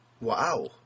Wow